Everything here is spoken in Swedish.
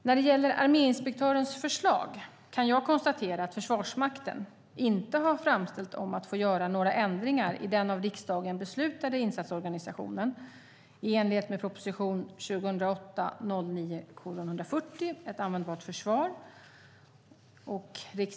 När det gäller arméinspektörens förslag kan jag konstatera att Försvarsmakten inte har framställt om att få göra några ändringar i den av riksdagen beslutade insatsorganisationen, i enlighet med proposition 2008/09:140 Ett användbart försvar .